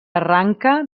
arranca